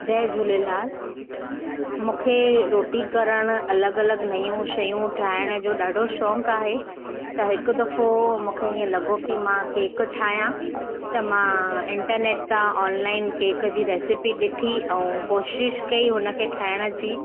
जय झूलेलाल मूंखे रोटी करणु अलॻि अलॻि नयूं शयूं ठाहिण जो ॾाढो शौक़ु आहे त हिकु दफ़ो मूंखे हीअं लॻो की मां केक ठाहियां त मां इंटरनेट तां ऑनलाइन केक जी रेसिपी ॾिठी ऐं कोशिशि कई उन खे ठाहिण जी